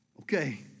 Okay